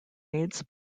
aids